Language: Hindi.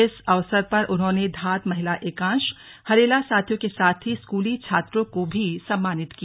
इस अवसर पर उन्होंने धाद महिला एकांश हरेला साथियों के साथ ही स्कूली छात्रों को भी सम्मानित किया